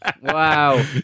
Wow